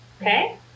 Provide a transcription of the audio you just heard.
okay